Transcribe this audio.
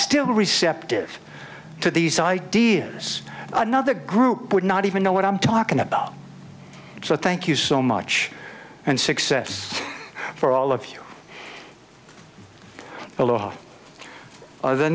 still receptive to these ideas another group would not even know what i'm talking about so thank you so much and success for all of you a lot of the